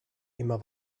immer